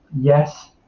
yes